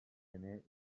gener